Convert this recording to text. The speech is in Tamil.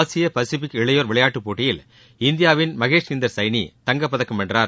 ஆசியா பசிபிக் இளையோர் விளையாட்டுப் போட்டியில் இந்தியாவின் மகேஷ்ஹிந்தா் சைனி தங்கப்பதக்கம் வென்றார்